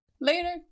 Later